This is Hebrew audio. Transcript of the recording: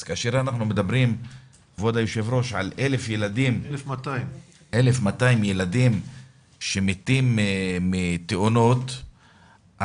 לכן כאשר אנחנו מדברים על 1,200 ילדים שמתים מתאונות,